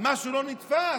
משהו לא נתפס.